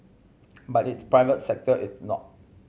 but its private sector is not